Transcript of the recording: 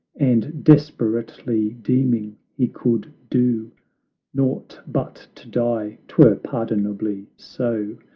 and desperately deeming he could do naught but to die twere pardonably so,